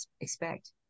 expect